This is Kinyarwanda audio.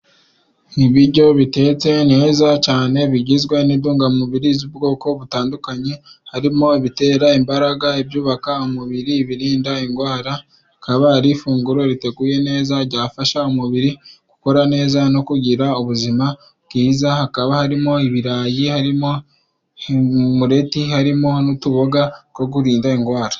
Ibiryo bitetse neza cyane bigizwe n'indungamubiri z'ubwoko butandukanye, harimo ibitera imbaraga, ibyubaka umubiri, ibirinda ingwara rikaba ari ifunguro riteguye neza, ryafasha umubiri gukora neza no kugira ubuzima bwiza. hakaba harimo ibirayi, harimo umureti, harimo n'utuboga two kurinda ingwara.